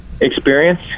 experience